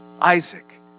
Isaac